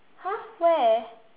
!huh! where